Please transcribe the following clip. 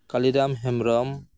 Kaliram Hembrom